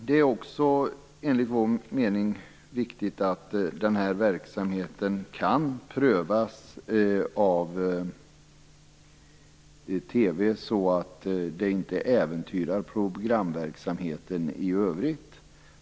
Det är också enligt vår mening viktigt att den här verksamheten kan prövas av TV på ett sådant sätt att det inte äventyrar programverksamheten i övrigt.